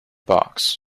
box